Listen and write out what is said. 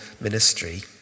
ministry